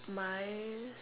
my